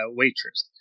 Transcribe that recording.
waitress